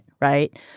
right